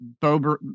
Bobert